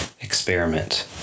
experiment